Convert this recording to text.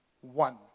one